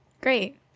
Great